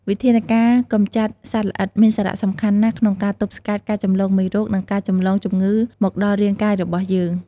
វិធានការកំចាត់សត្វល្អិតមានសារៈសំខាន់ណាស់ក្នុងការទប់ស្កាត់ការចម្លងមេរោគ និងការចម្លងជំងឺមកដល់រាងកាយរបស់យើង។